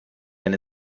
denn